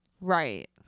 Right